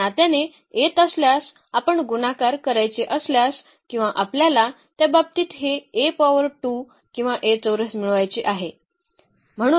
तर या नात्याने येत असल्यास आपण गुणाकार करायचे असल्यास किंवा आपल्याला त्या बाबतीत हे A पॉवर 2 किंवा A चौरस मिळवायचे आहे